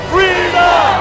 Freedom